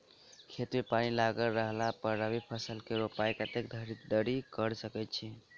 खेत मे पानि लागल रहला पर रबी फसल केँ रोपाइ कतेक देरी धरि कऽ सकै छी?